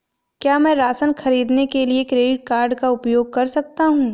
क्या मैं राशन खरीदने के लिए क्रेडिट कार्ड का उपयोग कर सकता हूँ?